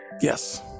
Yes